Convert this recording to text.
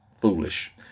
foolish